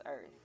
earth